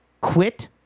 quit